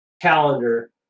calendar